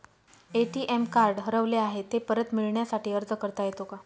ATM card हरवले आहे, ते परत मिळण्यासाठी अर्ज करता येतो का?